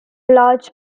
large